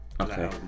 Okay